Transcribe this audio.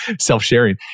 self-sharing